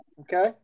Okay